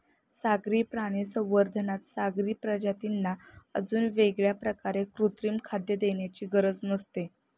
सागरी प्राणी संवर्धनात सागरी प्रजातींना अजून वेगळ्या प्रकारे कृत्रिम खाद्य देण्याची गरज नसते